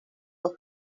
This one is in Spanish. los